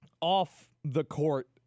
off-the-court